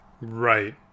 Right